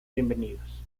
bienvenidos